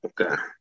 okay